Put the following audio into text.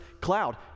cloud